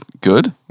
good